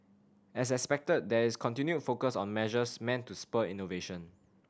as expected there is continued focus on measures meant to spur innovation